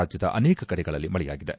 ರಾಜ್ಯದ ಅನೇಕ ಕಡೆಗಳಲ್ಲಿ ಮಳೆಯಾಗಿದೆ